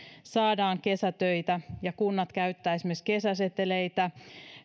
saadaan kesätöitä ja kunnat käyttävät esimerkiksi kesäseteleitä